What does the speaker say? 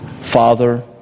Father